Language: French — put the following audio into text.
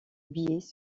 billets